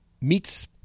meets